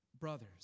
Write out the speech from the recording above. brothers